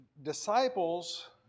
Disciples